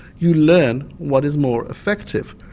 you learn what is more effective.